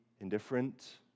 indifferent